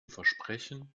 versprechen